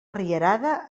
rierada